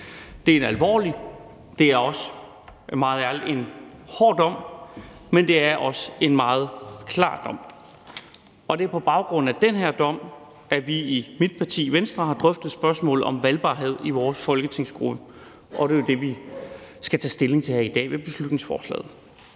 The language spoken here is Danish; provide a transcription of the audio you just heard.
Det er en alvorlig dom, det er også en meget hård dom, men det er også en meget klar dom, og det er på baggrund af den her dom, at vi i mit parti, Venstre, har drøftet spørgsmålet om valgbarhed i vores folketingsgruppe, og det er det, vi skal tage stilling til i dag ved beslutningsforslaget.